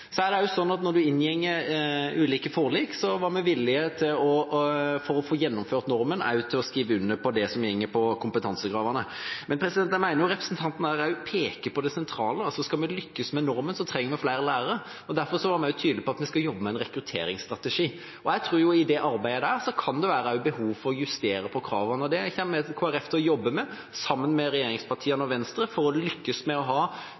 så var vi – for å få gjennomført normen – også villige til å skrive under på det som går på kompetansekravene. Men jeg mener representanten her også peker på det sentrale, at skal vi lykkes med normen, trenger vi flere lærere. Derfor var vi også tydelige på at vi skal jobbe med en rekrutteringsstrategi. Jeg tror at i det arbeidet kan det være behov for å justere på kravene, og det kommer Kristelig Folkeparti til å jobbe med, sammen med regjeringspartiene og Venstre, for å lykkes med å ha